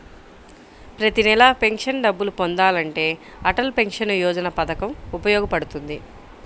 ప్రతి నెలా పెన్షన్ డబ్బులు పొందాలంటే అటల్ పెన్షన్ యోజన పథకం ఉపయోగపడుతుంది